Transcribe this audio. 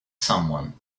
someone